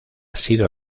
sido